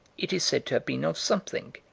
it is said to have been of something,